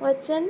वचून